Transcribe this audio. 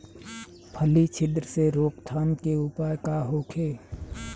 फली छिद्र से रोकथाम के उपाय का होखे?